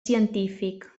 científic